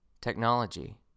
Technology